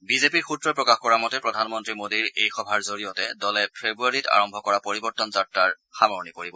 বিজেপিৰ সূত্ৰসমূহে প্ৰকাশ কৰা মতে প্ৰধানমন্নী মোদীৰ এই সভাৰে দলে যোৱা ফেব্ৰুৱাৰীত আৰম্ভ কৰা পৰিৱৰ্তন যাত্ৰাৰ সামৰণি পৰিব